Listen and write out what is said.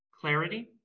clarity